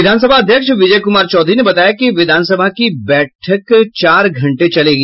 विधानसभा अध्यक्ष विजय कुमार चौधरी ने बताया कि विधानसभा की बैठक चार घंटे चलेगी